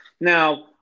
Now